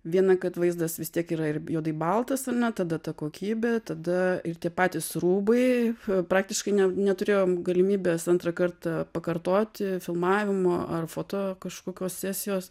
viena kad vaizdas vis tiek yra ir juodai baltas ane tada ta kokybė tada ir tie patys rūbai praktiškai ne neturėjom galimybės antrą kartą pakartoti filmavimo ar foto kažkokios sesijos